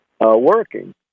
working